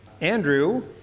Andrew